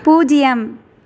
பூஜ்ஜியம்